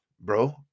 bro